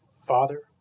father